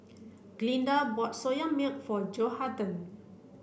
Glynda bought Soya milk for Johathan